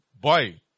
boy